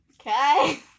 Okay